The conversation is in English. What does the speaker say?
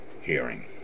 hearing